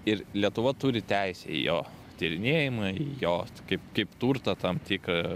ir lietuva turi teisę į jo tyrinėjimą į jo kaip kaip turtą tam tiką